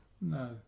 No